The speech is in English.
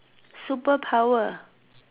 super power